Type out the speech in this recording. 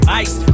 ice